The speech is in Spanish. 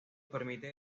permite